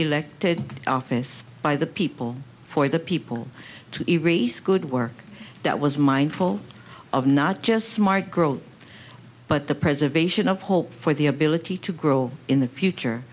elected office by the people for the people to erase good work that was mindful of not just smart girl but the preservation of hope for the ability to grow in the future